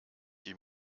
die